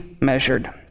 measured